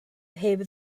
heb